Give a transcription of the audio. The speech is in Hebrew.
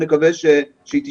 נקווה שהיא תשתנה.